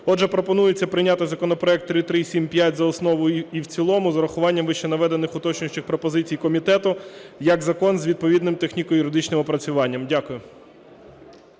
Отже, пропонується прийняти законопроект 3375 за основу і в цілому з урахуванням вище наведених уточнюючих пропозицій комітету, як закон з відповідним техніко-юридичним опрацюванням. Дякую.